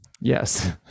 yes